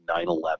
9/11